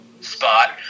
spot